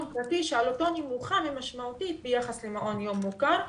פרטי שעלותו נמוכה משמעותית ביחס למעון יום מוכר,